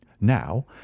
Now